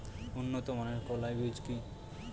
উন্নত মানের কলাই বীজ কি?